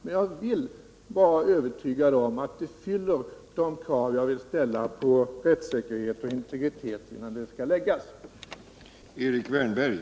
Men jag vill vara övertygad om att det fyller de krav jag vill ställa i fråga om rättssäkerhet och integritet, innan det skall framläggas.